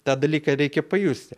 tą dalyką reikia pajusti